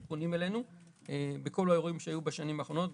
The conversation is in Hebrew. והם פונים אלינו בכל האירועים שהיו בשנים האחרונות.